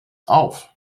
auf